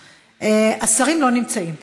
השרים לא נמצאים פה,